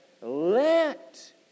Let